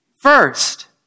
first